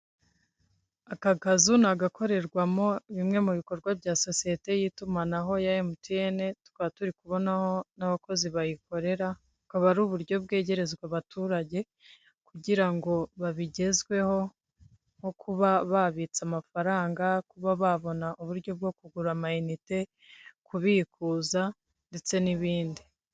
Aka kazu ni agakorerwamo bimwe mu bikorwa bya sosiyete y'itumanaho ya MTN, tukaba turi kubonaho n'abakozi bayikorera, bukaba ari uburyo bwegerezwa abaturage kugira ngo babigezweho nko kuba babitse amafaranga, kuba babona uburyo bwo kugura amayinite, kubikuza ndetse n'ibindi.